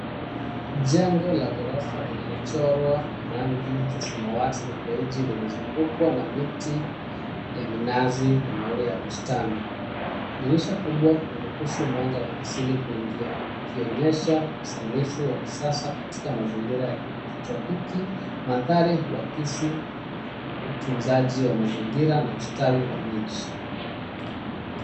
Jengo la ghorofa lililochorwa kwa rangi za samawati na beige limezungukwa na miti ya minazi na maua ya bustani . Dirisha kubwa huruhusu mwanga wa asili kuingia yakionyesha usanifu wa kisasa katika mazingira ya kitropiki. Mandhari huakisi utunzaji wa mazingira na ustawi wa miji.